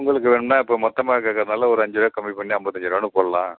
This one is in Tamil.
உங்களுக்கு வேணும்னால் இப்போ மொத்தமாக கேட்கறனால ஒரு அஞ்சு ரூவா கம்மி பண்ணி அம்பத்தஞ்சு ருபானு போடலாம்